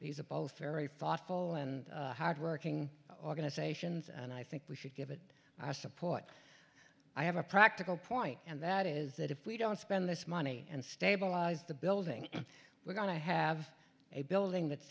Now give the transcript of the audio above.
these are both very fought full and hard working organizations and i think we should give it i support i have a practical point and that is that if we don't spend this money and stabilize the building we're going to have a building that